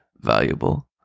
Valuable